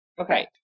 okay